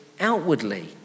outwardly